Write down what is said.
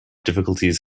difficulties